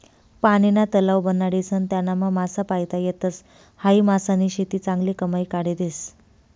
पानीना तलाव बनाडीसन त्यानामा मासा पायता येतस, हायी मासानी शेती चांगली कमाई काढी देस